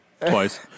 Twice